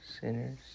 sinners